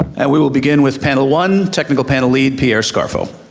and we will begin with panel one, technical panel lead pierre scarfo.